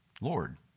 Lord